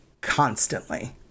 constantly